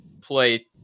play